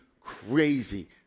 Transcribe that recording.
crazy